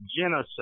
genocide